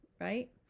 right